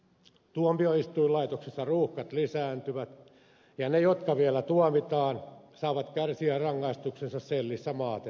tuomioistuinlaitoksessa ruuhkat lisääntyvät ja ne jotka vielä tuomitaan saavat kärsiä rangaistuksensa sellissä maaten